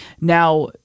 Now